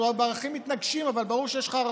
אנחנו בערכים מתנגשים, אבל ברור שיש לך ערכים.